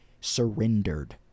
surrendered